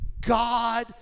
God